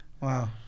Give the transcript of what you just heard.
Wow